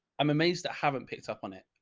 i'm amazed. i haven't picked up on it.